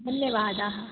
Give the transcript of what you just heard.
धन्यवादाः